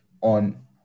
on